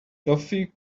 toffee